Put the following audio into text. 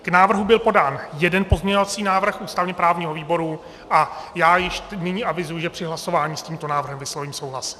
K návrhu byl podán jeden pozměňovací návrh ústavněprávního výboru a já již nyní avizuji, že při hlasování s tímto návrhem vyslovím souhlas.